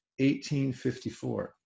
1854